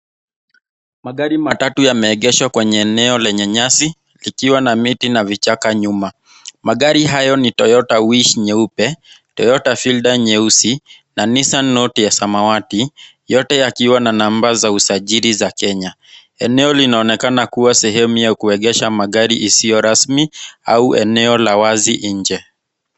Magari matatu yameegeshwa kwenye eneo lenye nyasi, likiwa na miti na vichaka nyuma. Magari haya ni Toyota Wish nyeupe, Toyota Fielder nyeusi na Nissan Note ya samawati. Yote yakiwa na namba za usajili za Kenya. Eneo linaonekana kuwa sehemu ya kuegesha magari isiyo rasmi au eneo la wazi nje.